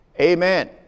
Amen